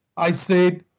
i said,